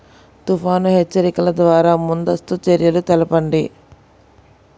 తుఫాను హెచ్చరికల ద్వార ముందస్తు చర్యలు తెలపండి?